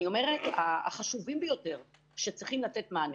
אני אומרת, החשובים ביותר שצריכים לתת להם מענה.